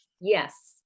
Yes